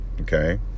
Okay